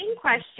question